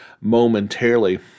momentarily